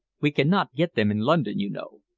we cannot get them in london, you know.